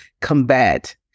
combat